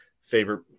favorite